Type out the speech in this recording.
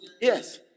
Yes